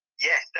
Yes